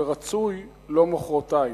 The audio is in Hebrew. ורצוי לא מחרתיים,